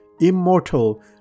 immortal